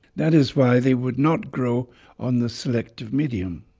that is why they would not grow on the selective medium.